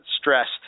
stressed